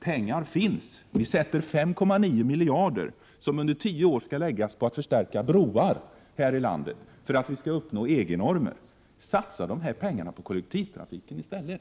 Det finns pengar. Vi satsar 5,9 miljarder kronor som under en tioårsperiod skall läggas på att förstärka broar här i landet så att vi skall uppfylla EG-normer. Satsa de pengarna på att förstärka kollektivtrafiken i stället!